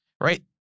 right